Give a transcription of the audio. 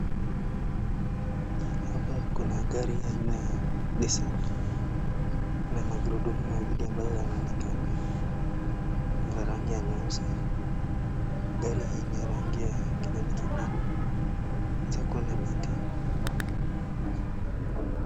Hapa kuna gari aina ya Nissan na magurudumu mawili ambayo yanaonekana, ya rangi ya nyeusi, gari hii ni ya rangi ya kijani kibichi, unaweza kuona miti.